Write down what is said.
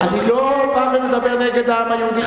אני לא בא ומדבר נגד העם היהודי,